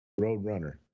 Roadrunner